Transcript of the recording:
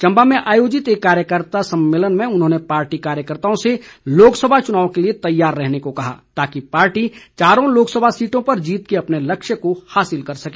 चंबा में आयोजित एक कार्यकर्ता सम्मेलन में उन्होंने पार्टी कार्यकर्ताओं से लोकसभा चुनाव के लिए तैयार रहने को कहा ताकि पार्टी चारों लोकसभा सीटों पर जीत के लक्ष्य को हासिल कर सके